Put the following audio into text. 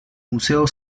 museo